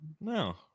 No